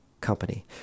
company